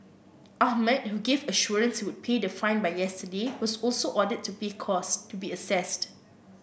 ahmed who gave assurance he would pay the fine by yesterday was also ordered to pay costs to be assessed